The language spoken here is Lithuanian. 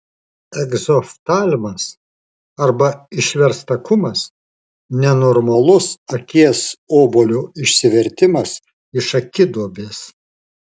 egzoftalmas arba išverstakumas nenormalus akies obuolio išsivertimas iš akiduobės